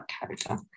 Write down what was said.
character